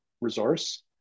resource